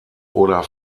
oder